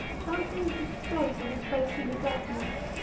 chancing to stray to his face in the darkness,